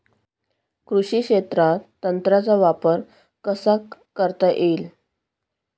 कृषी क्षेत्रात तंत्रज्ञानाचा वापर कसा करता येईल?